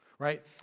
right